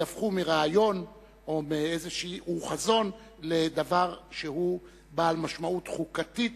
ויהפכו מרעיון או חזון לדבר שהוא בעל משמעות חוקתית,